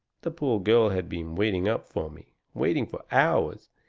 the poor girl had been waiting up for me waiting for hours,